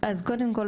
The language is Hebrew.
אז קודם כל,